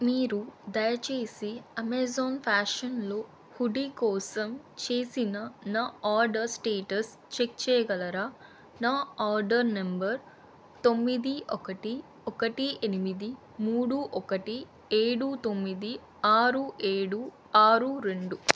మీరు దయచేసి అమెజాన్ ఫ్యాషన్లో హుడీ కోసం చేసిన నా ఆర్డర్ స్టేటస్ చెక్ చేయగలరా నా ఆర్డర్ నెంబర్ తొమ్మిది ఒకటి ఒకటి ఎనిమిది మూడు ఒకటి ఏడు తొమ్మిది ఆరు ఏడు ఆరు రెండు